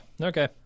Okay